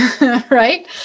Right